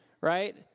right